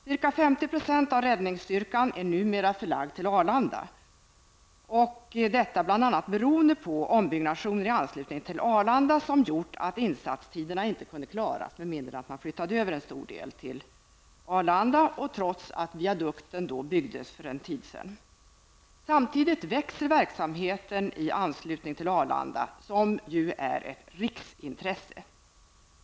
Ca 50 % av räddningsstyrkan är numera förlagd till Arlanda, bl.a. beroende på ombyggnadsarbeten i anslutning till flygplatsen, vilket gjort att insatstiderna inte kunnat klaras med mindre än att en stor del av verksamheten flyttats över till Arlanda -- detta trots att viadukten är byggd sedan en tid tillbaka. Samtidigt växer verksamheten i anslutning till Arlanda, som ju är ett riksintresse.